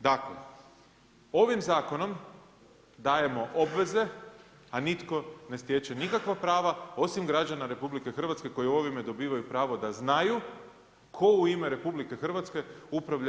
Dakle, ovim zakonom dajemo obveze a nitko ne stječe nikakva prava osim građana RH koji ovime dobivaju pravo da znaju tko u ime RH upravlja najvećim trgovačkim koncernom u ovoj zemlji.